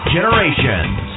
Generations